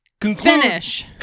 finish